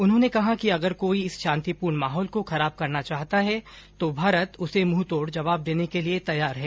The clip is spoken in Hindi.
उन्होंने कहा कि अगर कोई इस शांतिपूर्ण माहौल को खराब करना चाहता है तो भारत उसे मुंहतोड़ जवाब देने के लिए तैयार है